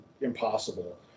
impossible